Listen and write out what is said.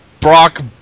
Brock